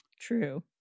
True